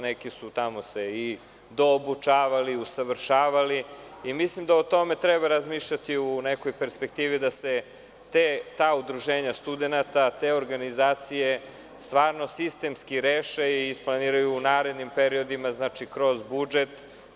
Neki su se tamo i doobučavali, usavršavali i mislim da o tome treba razmišljati u nekoj perspektivi, da se ta udruženja studenata, te organizacije stvarno sistemske reše i isplaniraju u narednim periodima kroz budžet.